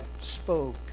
spoke